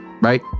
right